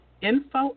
info